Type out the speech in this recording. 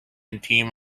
team